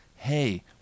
hey